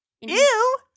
Ew